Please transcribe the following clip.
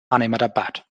ahmedabad